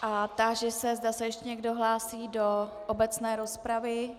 A táži se, zda se ještě někdo hlásí do obecné rozpravy.